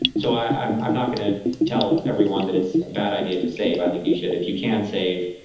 so i'm i'm not going to tell everyone that it's a bad idea to save. i think you should. if you can save,